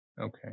Okay